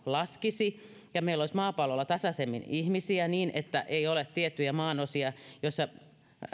laskisi ja meillä olisi maapallolla tasaisemmin ihmisiä niin että ei ole tiettyjä maanosia joissa